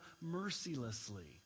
mercilessly